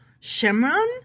Shemron